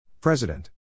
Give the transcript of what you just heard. President